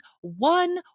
one